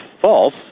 false